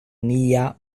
nia